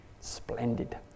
splendid